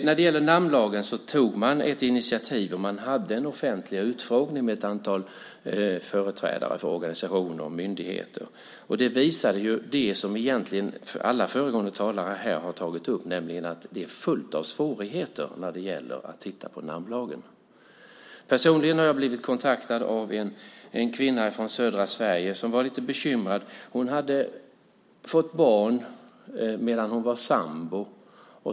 När det gäller namnlagen tog man ett initiativ och man hade en offentlig utfrågning med ett antal företrädare för organisationer och myndigheter. Den visade det som egentligen alla föregående talare här har tagit upp, nämligen att det är fullt av svårigheter när man ska titta på namnlagen. Personligen har jag blivit kontaktad av en kvinna från södra Sverige som var bekymrad. Hon hade fått barn medan hon var sambo.